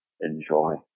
enjoy